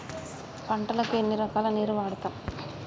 పంటలకు ఎన్ని రకాల నీరు వాడుతం?